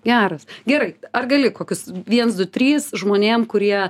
geras gerai ar gali kokius viens du trys žmonėm kurie